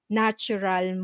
natural